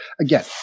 again